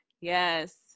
Yes